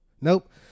nope